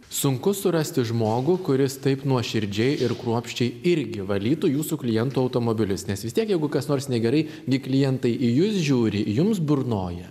sunku surasti žmogų kuris taip nuoširdžiai ir kruopščiai irgi valytų jūsų klientų automobilius nes vis tiek jeigu kas nors negerai gi klientai į jus žiūri jums burnoja